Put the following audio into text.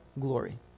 glory